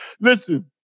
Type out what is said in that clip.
Listen